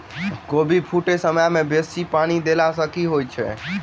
कोबी फूटै समय मे बेसी पानि देला सऽ की होइ छै?